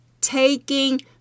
Taking